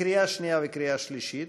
לקריאה שנייה וקריאה שלישית.